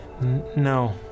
no